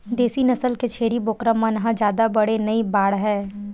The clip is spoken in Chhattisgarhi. देसी नसल के छेरी बोकरा मन ह जादा बड़े नइ बाड़हय